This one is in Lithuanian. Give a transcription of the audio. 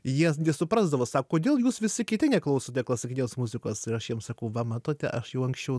jie nesuprasdavo sako kodėl jūs visi kiti neklausote klasikinės muzikos ir aš jiem sakau va matote aš jau anksčiau